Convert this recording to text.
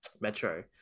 Metro